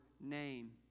name